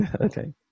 Okay